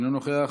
אינו נוכח,